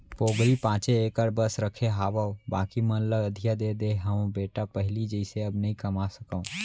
पोगरी पॉंचे एकड़ बस रखे हावव बाकी मन ल अधिया दे दिये हँव बेटा पहिली जइसे अब नइ कमा सकव